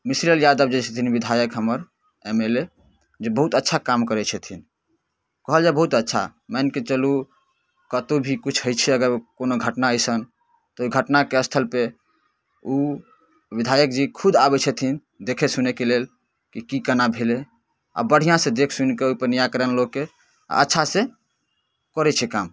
मिसरी लाल यादव जे छथिन विधायक हमर एम एल ए जे बहुत अच्छा काम करै छथिन कहल जाए बहुत अच्छा मानिकऽ चलू कतहु भी किछु होइ छै अगर कोनो घटना अइसन तऽ ओहि घटनाके स्थलपर ओ विधायकजी खुद आबै छथिन देखै सुनैके लेल कि की कोना भेलै आओर बढ़िआँसँ देखिसुनिके ओहिपर निराकरण लोकके अच्छासँ करै छै काम